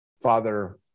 Father